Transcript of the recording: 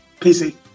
PC